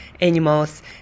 animals